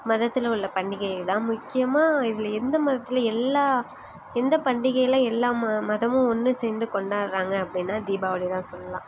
மதத்தில் உள்ள பண்டிகை தான் முக்கியமாக இதில் எந்த மதத்தில் எல்லா எந்த பண்டிகையில் எல்லா ம மதமும் ஒன்று சேர்ந்து கொண்டாடுறாங்க அப்படின்னா தீபாவளி தான் சொல்லலாம்